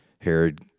herod